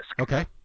Okay